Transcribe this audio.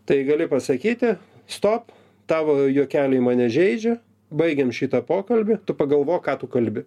tai gali pasakyti stop tavo juokeliai mane žeidžia baigiam šitą pokalbį tu pagalvok ką tu kalbi